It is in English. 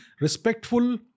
respectful